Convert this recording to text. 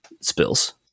Spills